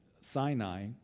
Sinai